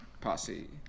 posse